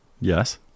yes